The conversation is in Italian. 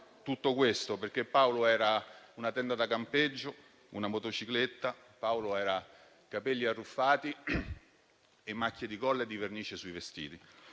tutto questo. Paolo era una tenda da campeggio, una motocicletta. Paolo era capelli arruffati e macchie di colla e di vernice sui vestiti.